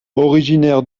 originaire